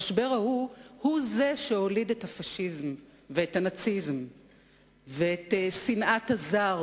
המשבר ההוא הוא שהוליד את הפאשיזם ואת הנאציזם ואת שנאת הזר,